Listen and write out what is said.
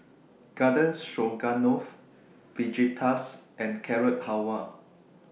Garden Stroganoff Fajitas and Carrot Halwa